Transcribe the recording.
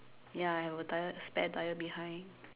ya I have a tyre space tyre behind